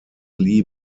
lee